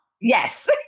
yes